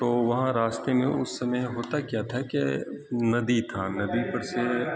تو وہاں راستے میں اس سمے ہوتا کیا تھا کہ ندی تھا ندی پر سے